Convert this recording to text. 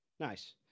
Nice